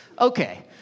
Okay